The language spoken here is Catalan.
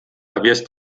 àvies